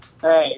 Hey